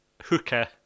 hooker